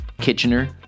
Kitchener